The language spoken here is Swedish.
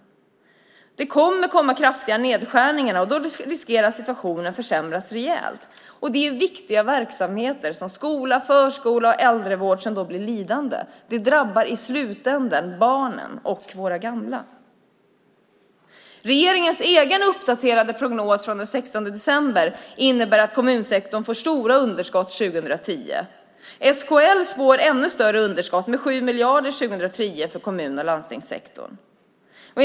Det kommer att bli kraftiga nedskärningar, och då riskerar situationen att försämras rejält. Det är viktiga verksamheter som skola, förskola och äldrevård som då blir lidande. Det drabbar i slutänden barnen och våra gamla. Regeringens egen uppdaterade prognos från den 16 december visar att kommunsektorn får stora underskott 2010. SKL spår ännu större underskott, 7 miljarder, för kommun och landstingssektorn 2010.